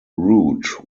route